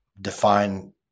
define